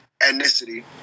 ethnicity